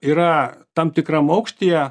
yra tam tikram aukštyje